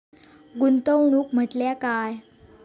गुंतवणूक म्हटल्या काय?